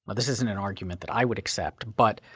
but this isn't an argument that i would accept, but